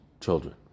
children